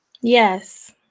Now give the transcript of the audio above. Yes